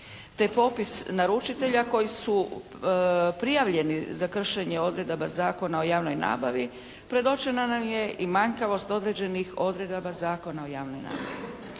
te popis naručitelja koji su prijavljeni za kršenje odredaba Zakona o javnoj nabavi predočena nam je i manjkavost određenih odredaba Zakona o javnoj nabavi